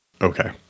Okay